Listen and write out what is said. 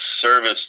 service